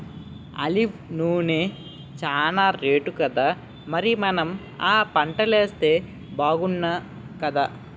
olive నూనె చానా రేటుకదా మరి మనం ఆ పంటలేస్తే బాగుణ్ణుకదా